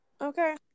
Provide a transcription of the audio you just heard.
Okay